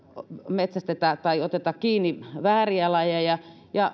metsästetä tai oteta kiinni vääriä lajeja ja